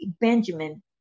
Benjamin